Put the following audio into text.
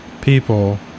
people